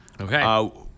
Okay